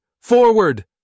forward